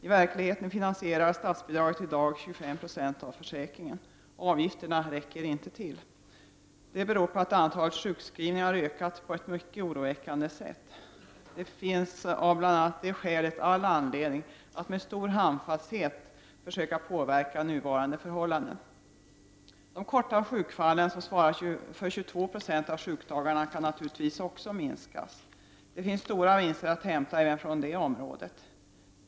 I verkligheten finansierar statsbidraget i dag 25 96 av försäkringen. Avgifterna räcker inte till, eftersom antalet sjukskrivningar har ökat på ett mycket oroväckande sätt. Bl.a. det skälet gör det angeläget att med stor handfasthet försöka påverka de nuvarande förhållandena. De korta sjukfallen, som svarar för 22 96 av sjukdagarna, kan naturligtvis också minskas. Det finns stora vinster att hämta på det området.